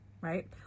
right